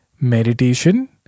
meditation